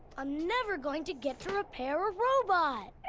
ah never going to get to repair a robot!